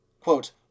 Quote